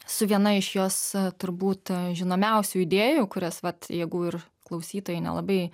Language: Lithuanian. su viena iš jos turbūt žinomiausių idėjų kurias vat jeigu ir klausytojai nelabai